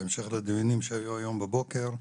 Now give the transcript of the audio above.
בהמשך לדיונים שהיו הבוקר.